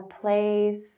place